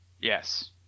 Yes